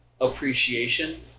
appreciation